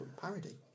parody